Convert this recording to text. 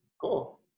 Cool